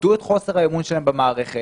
תכבדו את חוסר האמון שלהם במערכת,